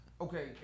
Okay